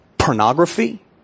Pornography